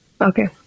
Okay